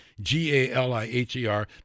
G-A-L-I-H-E-R